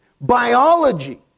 biology